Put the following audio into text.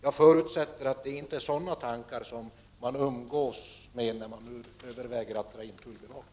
Jag förutsätter att det inte är sådana tankar man umgås med när man nu överväger att dra in tullbevakningen.